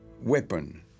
weapon